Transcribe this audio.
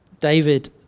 David